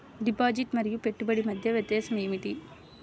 Deposit మరియు పెట్టుబడి మధ్య వ్యత్యాసం ఏమిటీ?